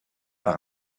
par